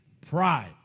pride